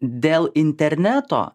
dėl interneto